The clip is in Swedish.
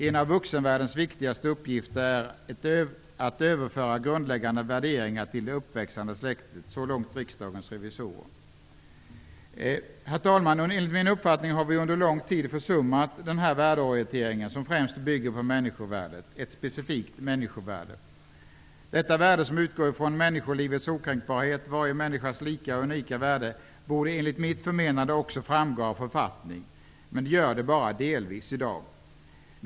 En av vuxenvärldens viktigaste uppgifter är att överföra grundläggande värderingar till det uppväxande släktet.'' Herr talman! Enligt min uppfattning har vi under lång tid försummat denna värdeorientering, som främst bygger på människovärdet -- ett specifikt människovärde. Detta värde, som utgår från människolivets okränkbarhet, varje människas lika och unika värde, borde enligt mitt förmenande också framgå av vår författning. Men det gör det bara delvis i dag.